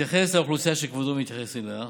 בהתייחס לאוכלוסייה שכבודו מציין אותה,